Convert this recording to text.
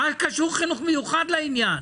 מה קשור חינוך מיוחד לעניין?